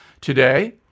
Today